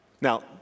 Now